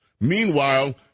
Meanwhile